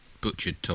butchered